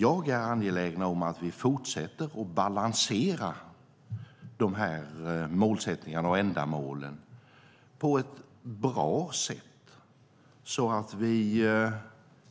Jag är angelägen om att vi fortsätter att balansera målsättningarna och ändamålen på ett bra sätt, så att vi